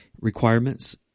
requirements